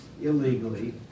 illegally